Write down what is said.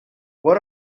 what